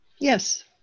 Yes